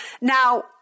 Now